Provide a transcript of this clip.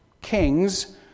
kings